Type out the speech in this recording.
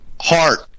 Heart